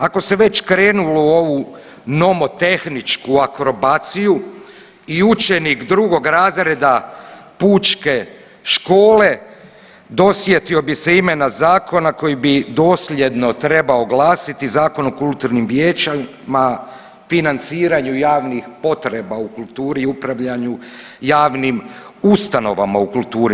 Ako se već krenulo u ovu nomotehničku akrobaciju i učenik drugog razreda pučke škole dosjetio bi se imena zakona koji bi dosljedno trebao glasiti Zakon o kulturnim vijećima, financiranju javnih potreba u kulturi i upravljanju javnim ustanovama u kulturi.